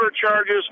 charges